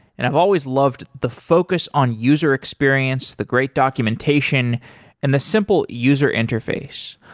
and i've always loved the focus on user experience, the great documentation and the simple user interface.